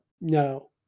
No